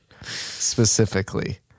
specifically